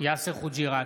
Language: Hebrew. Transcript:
יאסר חוג'יראת,